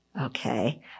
Okay